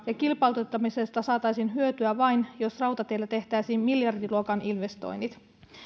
ja kilpailuttamisesta saataisiin hyötyä vain jos rautateillä tehtäisiin miljardiluokan investoinnit